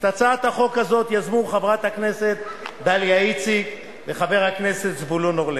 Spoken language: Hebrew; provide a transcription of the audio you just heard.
את הצעת החוק הזאת יזמו חברת הכנסת דליה איציק וחבר הכנסת זבולון אורלב,